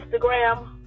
Instagram